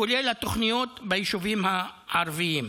כולל התוכניות ביישובים הערביים.